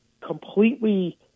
completely